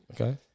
Okay